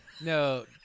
No